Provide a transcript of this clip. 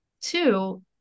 Two